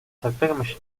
цагдаагийн